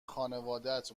خانوادت